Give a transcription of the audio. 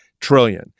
trillion